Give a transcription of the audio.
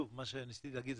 מה שניסיתי להגיד,